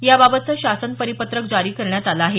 या बाबतचे शासन परिपत्रक जारी करण्यात आलं आहे